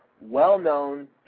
well-known